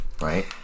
right